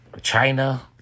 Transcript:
China